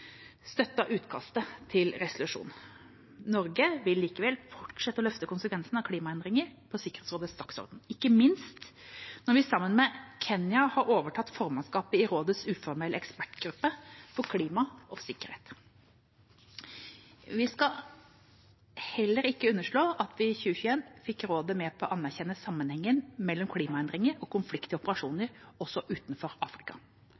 utkastet til resolusjon. Norge vil likevel fortsette å løfte konsekvensene av klimaendringene på Sikkerhetsrådets dagsorden, ikke minst når vi nå sammen med Kenya har overtatt formannskapet i rådets uformelle ekspertgruppe for klima og sikkerhet. Vi skal heller ikke underslå at vi i 2021 fikk rådet med på å anerkjenne sammenhengen mellom klimaendringer og konflikt i operasjoner, også utenfor Afrika.